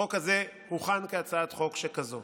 החוק הזה הוכן כהצעת חוק שכזאת.